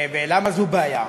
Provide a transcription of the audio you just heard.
ולמה זו בעיה?